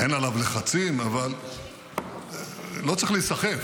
אין עליו לחצים, אבל לא צריך להיסחף.